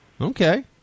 Okay